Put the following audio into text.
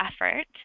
effort